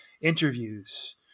interviews